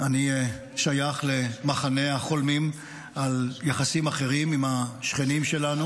אני שייך למחנה החולמים על יחסים אחרים עם השכנים שלנו.